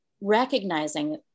recognizing